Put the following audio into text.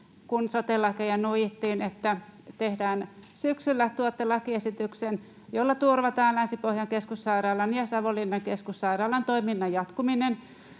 kun sote-lakeja nuijittiin, että syksyllä tuotte lakiesityksen, jolla turvataan Länsi-Pohjan keskussairaalan ja Savonlinnan keskussairaalan toiminnan jatkuminen.